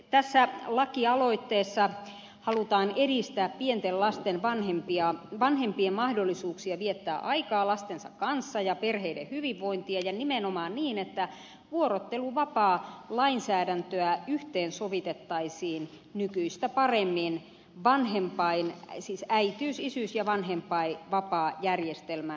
tässä lakialoitteessa halutaan edistää pienten lasten vanhempien mahdollisuuksia viettää aikaa lastensa kanssa ja perheiden hyvinvointia ja nimenomaan niin että vuorotteluvapaalainsäädäntöä yhteensovitettaisiin nykyistä paremmin äitiys isyys ja vanhempainvapaajärjestelmän kanssa